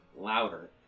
louder